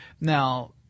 Now